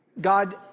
God